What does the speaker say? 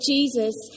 Jesus